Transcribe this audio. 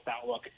outlook